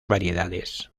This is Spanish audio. variedades